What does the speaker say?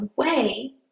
away